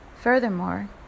Furthermore